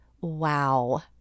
wow